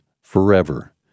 forever